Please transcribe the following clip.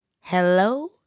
hello